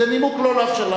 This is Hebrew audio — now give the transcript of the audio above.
זה נימוק לא לאפשר לה.